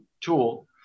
tool